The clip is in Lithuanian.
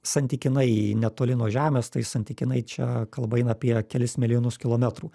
santykinai netoli nuo žemės tai santykinai čia kalba eina apie kelis milijonus kilometrų